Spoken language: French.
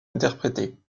interpréter